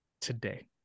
today